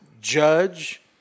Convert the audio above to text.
Judge